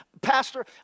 Pastor